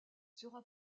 sera